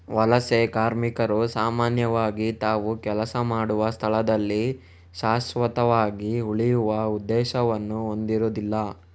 ವಲಸೆ ಕಾರ್ಮಿಕರು ಸಾಮಾನ್ಯವಾಗಿ ತಾವು ಕೆಲಸ ಮಾಡುವ ಸ್ಥಳದಲ್ಲಿ ಶಾಶ್ವತವಾಗಿ ಉಳಿಯುವ ಉದ್ದೇಶವನ್ನು ಹೊಂದಿರುದಿಲ್ಲ